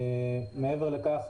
מעבר לכך,